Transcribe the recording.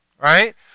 right